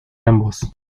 ambos